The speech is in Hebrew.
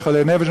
יש חולי נפש,